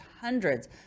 hundreds